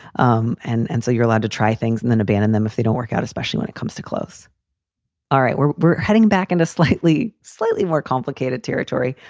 um and and so you're allowed to try things and then abandon them if they don't work out, especially when it comes to clothes all right. we're we're heading back into a slightly, slightly more complicated territory.